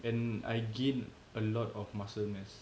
and I gain a lot of muscle mass